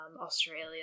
Australia